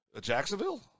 Jacksonville